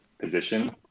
position